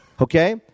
okay